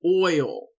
oil